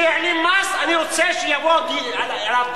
מי שהעלים מס אני רוצה שיבוא לדין.